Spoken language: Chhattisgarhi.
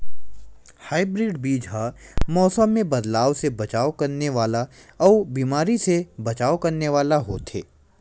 हाइब्रिड बीज हा मौसम मे बदलाव से बचाव करने वाला अउ बीमारी से बचाव करने वाला होथे